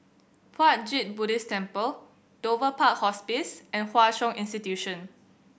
Puat Jit Buddhist Temple Dover Park Hospice and Hwa Chong Institution